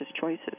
choices